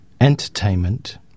entertainment